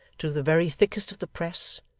through the very thickest of the press,